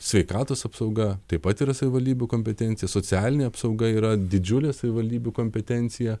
sveikatos apsauga taip pat yra savivaldybių kompetencija socialinė apsauga yra didžiulė savivaldybių kompetencija